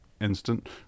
instant